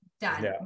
done